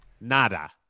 Nada